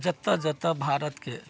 जतऽ जतऽ भारतके